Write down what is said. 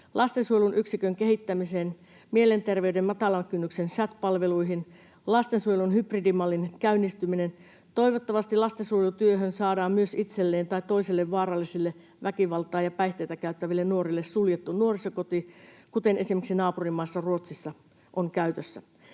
lastensuojelun yksikön kehittäminen, mielenterveyden matalan kynnyksen chat-palvelut, lastensuojelun hybridimallin käynnistyminen. Toivottavasti lastensuojelutyöhön saadaan myös itselleen tai toisille vaarallisille, väkivaltaa ja päihteitä käyttäville nuorille suljettu nuorisokoti, kuten esimerkiksi naapurimaassa Ruotsissa on käytössä.